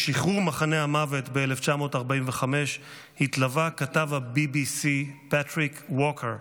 לשחרור מחנה המוות ב-1945 התלווה כתב ה-BBC פטריק ווקר,